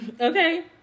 Okay